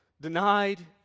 denied